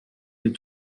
est